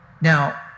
Now